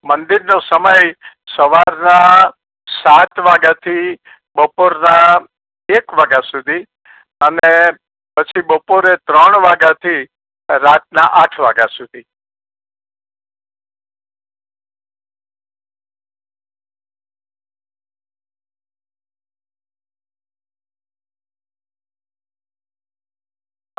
મંદિરનો સમય સવારના સાત વાગ્યાથી બપોરના એક વાગ્યા સુધી અને પછી બપોરે ત્રણ વાગ્યાથી રાતના આઠ વાગ્યા સુધી